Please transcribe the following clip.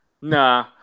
nah